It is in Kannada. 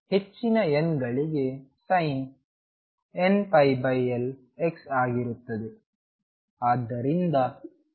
ಹೆಚ್ಚಿನ n ಗಳಿಗೆ sin nπL xಆಗಿರುತ್ತದೆ